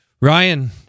Ryan